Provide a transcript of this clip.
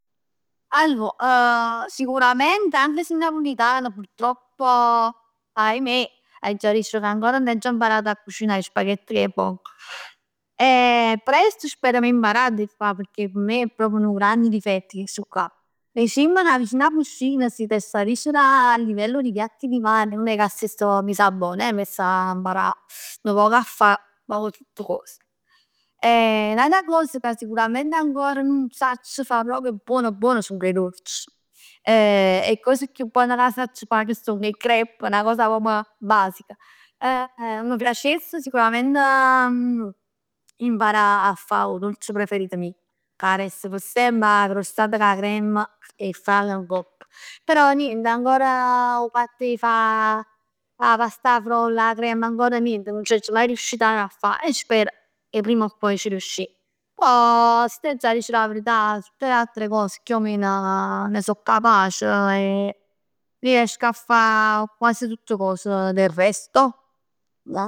Allor, sicurament anche se è napulitan, purtroppo, ahimè aggia dicere ca ancor nun m'aggia imparat 'a cucinà 'e spavett cu 'e vongol. Presto spero 'a m' mparà a dè fa pecchè cu me è proprio nu grand difetto chistuccà. Dicimm vicin 'a cucina, se t'avessa dicere a livello di piatti di mare, non è ca stess proprj mis bon eh, ca m'avess imparà nu poc a fa nu poc tutt cos. N'ata cos che sicurament ancora nun sacc fa proprj buon buon song 'e dolc. E cos chiù bon ca sacc fa, ca song 'e crepes, 'na cosa proprj basica. M' piacess sicurament 'a m' imparà 'a fa 'o dolce preferito mio. Ca resta p' semp 'a crostata cu 'a crem e 'e fravol ngopp. Però niente, ancora 'o fatt e fa a pasta frolla, a crem, ancora nient, nun c'aggio mai riuscito a fa e spero 'e primm o poi 'e ci riuscì. Poi se t'aggia dicere 'a verità tutte le altre cose chiù o meno ne so capac e riesco a fa quasi tutt cos del resto.